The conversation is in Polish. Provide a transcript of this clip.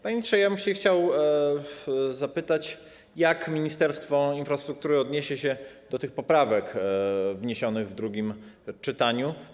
Panie ministrze, chciałbym zapytać, jak Ministerstwo Infrastruktury odniesie się do poprawek wniesionych w drugim czytaniu.